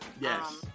yes